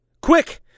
Quick